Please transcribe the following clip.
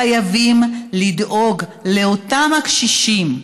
חייבים לדאוג לאותם קשישים,